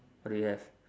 what do you have